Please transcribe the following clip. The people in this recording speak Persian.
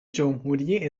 جمهوری